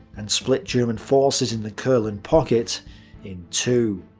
and split german forces in the courland pocket in two.